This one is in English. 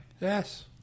Yes